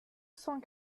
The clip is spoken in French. cent